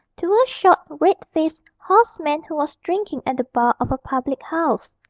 to a short, red-faced, hoarse man who was drinking at the bar of a public-house.